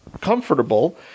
comfortable